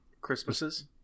Christmases